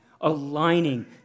aligning